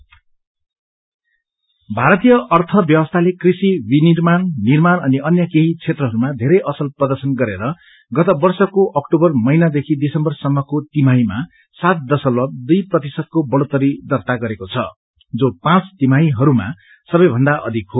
economy भारतीय अर्थव्यवस्थाले कृषि विनिर्माण निर्माण अनि अन्य केही क्षेत्रहरूमा धेरै असल प्रर्दशन गरेर गत वर्षको अक्टूबर महिना देखि दिसम्बर सम्मको तिमाहीमा सात दशमलव दुई प्रतिशतको बढ़ोत्तरी दर्ता गरेको छ जो पाँच तिमाहीमा सबैभन्दा अधिक हो